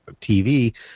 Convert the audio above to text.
TV